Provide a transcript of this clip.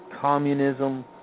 Communism